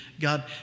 God